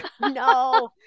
No